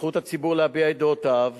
וזכות הציבור להביע את דעותיו